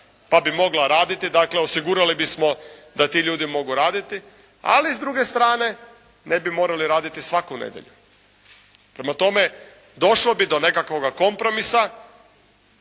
pa bi mogla raditi. Dakle, osigurali bismo da ti ljudi mogu raditi. Ali s druge strane, ne bi morali raditi svaku nedjelju. Prema tome, došlo bi do nekakvoga kompromisa.